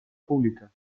pública